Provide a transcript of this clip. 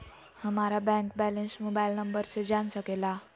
हमारा bank balance mobile number से जान सके ला?